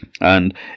And